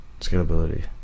scalability